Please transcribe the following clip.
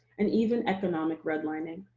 and even economic red lining.